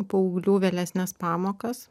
paauglių vėlesnes pamokas